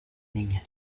niña